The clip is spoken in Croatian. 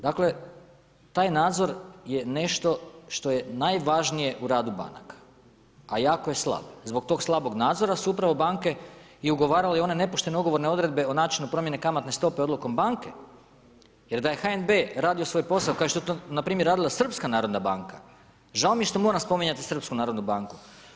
Dakle, taj nadzor je nešto što je najvažnije u radu banaka a jako je slab, zbog tog slabog nadzora su upravo banke i ugovarale one nepoštene ugovorne odredbe o načinu promjene kamatne stope odlukom banke jer daje HNB radio svoj posao kao što je to npr. radila Srpska narodna banka, žao mi je što moram spominjati Srpsku narodnu banku.